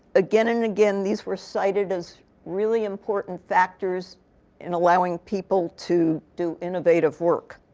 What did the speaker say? again and again, these were cited as really important factors in allowing people to do innovative work.